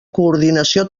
coordinació